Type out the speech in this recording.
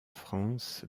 france